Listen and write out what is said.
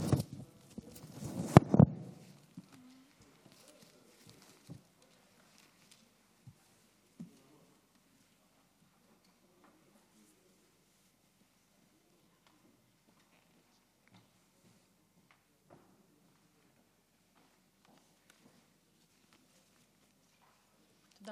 תודה